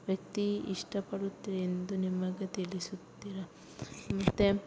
ವ್ಯಕ್ತಿ ಇಷ್ಟ ಪಡುತ್ತೆ ಎಂದು ನಿಮಗೆ ತಿಳಿಸುತ್ತೀರಾ ಮತ್ತೆ